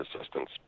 assistance